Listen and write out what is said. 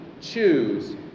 Choose